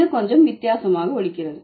இது கொஞ்சம் வித்தியாசமாக ஒலிக்கிறது